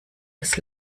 des